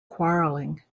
quarrelling